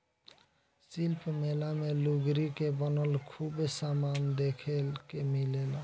शिल्प मेला मे लुगरी के बनल खूबे समान देखे के मिलेला